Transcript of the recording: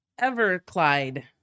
Everclyde